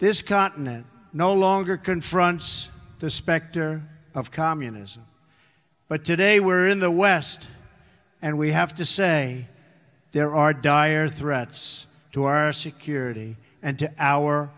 this cotton and no longer confronts the specter of communism but today we're in the west and we have to say there are dire threats to our security and